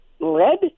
Red